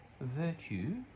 virtue